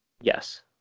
Yes